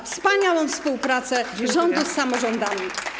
za wspaniałą współpracę rządu z samorządami.